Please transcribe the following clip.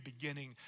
beginning